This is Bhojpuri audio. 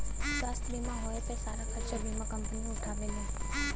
स्वास्थ्य बीमा होए पे सारा खरचा बीमा कम्पनी उठावेलीन